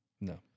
No